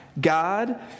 God